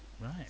Right